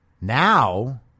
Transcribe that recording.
Now